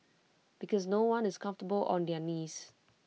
because no one is comfortable on their knees